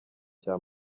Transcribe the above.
cya